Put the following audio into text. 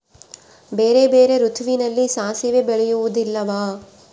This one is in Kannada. ಬೇರೆ ಬೇರೆ ಋತುವಿನಲ್ಲಿ ಸಾಸಿವೆ ಬೆಳೆಯುವುದಿಲ್ಲವಾ?